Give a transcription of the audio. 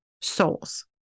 souls